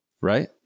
Right